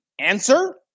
answer